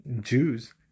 Jews